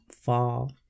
fall